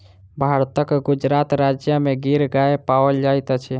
भारतक गुजरात राज्य में गिर गाय पाओल जाइत अछि